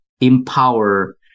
empower